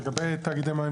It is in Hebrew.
לגבי תאגידי מים וביוב?